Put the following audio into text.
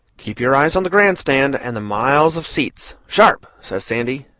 keep your eyes on the grand stand and the miles of seats sharp! says sandy,